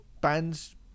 bands